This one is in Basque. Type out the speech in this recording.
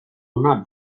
ona